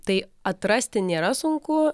tai atrasti nėra sunku